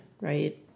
right